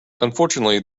unfortunately